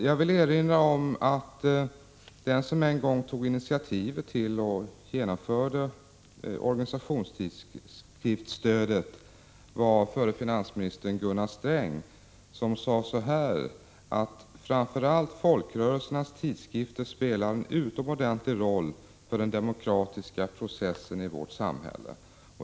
Jag vill erinra om att den som en gång tog initiativet till och genomförde organisationstidskriftsstödet var förre finansministern Gunnar Sträng, som sade: Framför allt folkrörelsernas tidskrifter spelar en utomordentligt stor roll för den demokratiska processen i vårt samhälle.